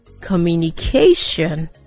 communication